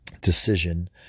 decision